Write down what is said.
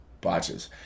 botches